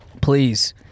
please